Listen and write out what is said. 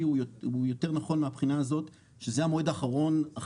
נכון, את רוצה